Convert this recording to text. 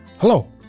Hello